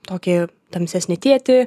tokį tamsesnį tėtį